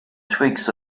twigs